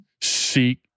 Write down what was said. seek